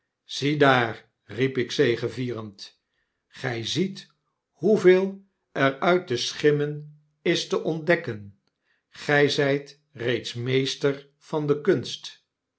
aziedaarl riep ik zegevierend gy ziet hoeveel er uit die schimmen is te ontdekken gy zyt reeds meester van de kunst